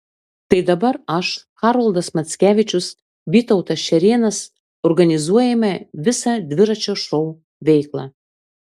tai dabar aš haroldas mackevičius vytautas šerėnas organizuojame visą dviračio šou veiklą